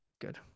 Good